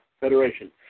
Federation